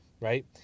right